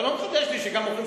אתה יודע ואני לא יודע.